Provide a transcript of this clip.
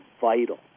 vital